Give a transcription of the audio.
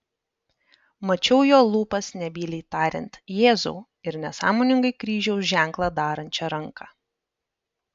mačiau jo lūpas nebyliai tariant jėzau ir nesąmoningai kryžiaus ženklą darančią ranką